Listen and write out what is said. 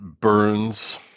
burns